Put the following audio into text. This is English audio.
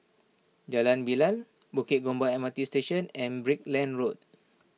Jalan Bilal Bukit Gombak M R T Station and Brickland Road